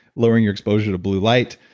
lowering your exposure to blue light,